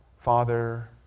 Father